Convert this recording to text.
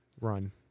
Run